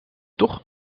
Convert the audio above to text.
toch